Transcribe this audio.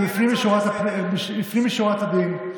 ולפנים משורת הדין,